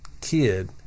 kid